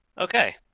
Okay